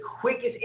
quickest